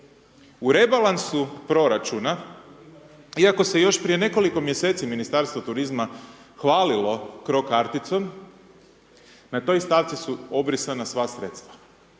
u rebalansu proračuna iako se još prije nekoliko mjeseci Ministarstvo turizma hvalilo cro karticom, na toj stavci su obrisana sva sredstva.